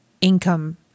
income